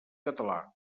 català